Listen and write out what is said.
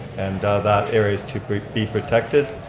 and that area's to be protected.